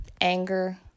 anger